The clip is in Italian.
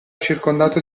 circondato